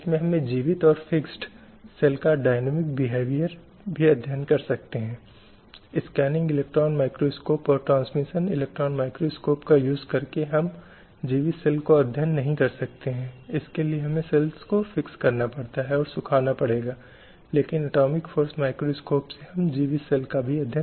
राजनीतिक आर्थिक सामाजिक सांस्कृतिक नागरिक या किसी भी अन्य क्षेत्र में मानवाधिकारों और मौलिक स्वतंत्रता के पुरुषों और महिलाओं की समानता के आधार पर उनकी वैवाहिक स्थिति के बावजूद